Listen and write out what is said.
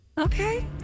Okay